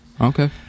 Okay